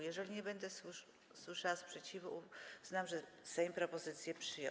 Jeżeli nie będę słyszała sprzeciwu, uznam, że Sejm propozycje przyjął.